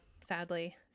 sadly